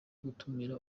gutumira